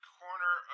corner